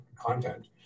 content